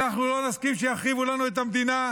אנחנו לא נסכים שיחריבו לנו את המדינה,